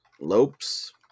Lopes